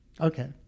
Okay